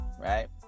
right